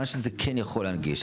מה שזה כן יכול להנגיש,